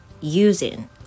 using